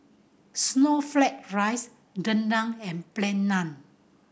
snowflake ice rendang and Plain Naan